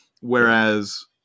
Whereas